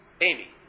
Amy